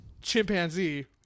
chimpanzee